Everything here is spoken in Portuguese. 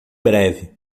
breve